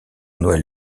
noël